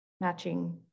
matching